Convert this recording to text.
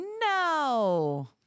No